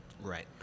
Right